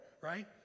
right